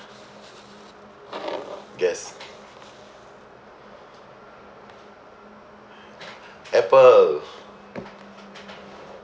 guess Apple